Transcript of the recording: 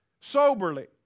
soberly